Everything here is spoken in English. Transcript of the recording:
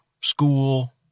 school